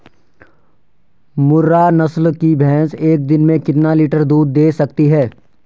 मुर्रा नस्ल की भैंस एक दिन में कितना लीटर दूध दें सकती है?